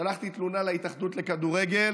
שלחתי תלונה להתאחדות לכדורגל,